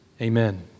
Amen